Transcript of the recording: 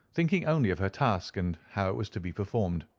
thinking only of her task and how it was to be performed.